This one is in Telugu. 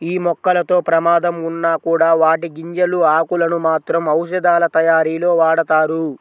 యీ మొక్కలతో ప్రమాదం ఉన్నా కూడా వాటి గింజలు, ఆకులను మాత్రం ఔషధాలతయారీలో వాడతారు